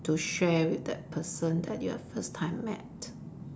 to share with that person that you have first time met